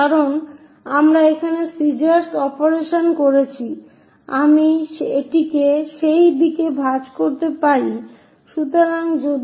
কারণ আমরা এখানে সিজার্স অপারেশন করেছি আমি এটিকে সেই দিকে ভাঁজ করতে পারি